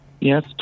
Yes